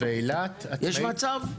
יש מצב?